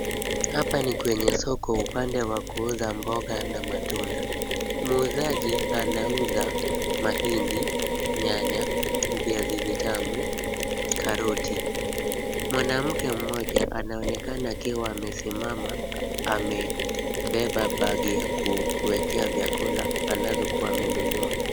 Hapa ni kwenye soko upande kwa kuuza mboga na matunda. Muuzaji anauza mahindi, nyanya, viazi vitamu, karoti. Mwanamke mmoja anaonekana akiwa amesimama amebeba bagi ya kuwekea vyakula anazokuwa amenunua.